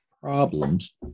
problems